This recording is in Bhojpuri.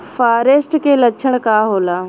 फारेस्ट के लक्षण का होला?